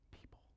people